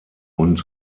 und